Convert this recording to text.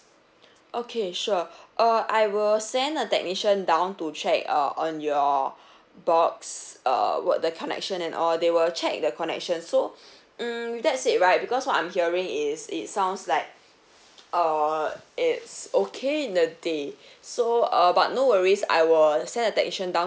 okay sure err I will send a technician down to check uh on your box err work the connection and all they will check the connection so mm that's it right because what I'm hearing is it sounds like err it's okay in the day so err but no worries I will send a technician down